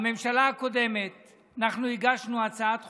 בממשלה הקודמת אנחנו הגשנו הצעת חוק,